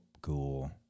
cool